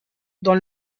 dans